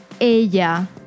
Ella